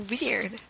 Weird